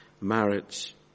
marriage